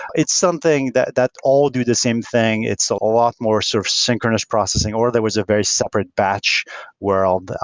it's something that that all do the same thing. it's a lot more sort of synchronous processing or that was a very separate batch world.